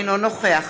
אינו נוכח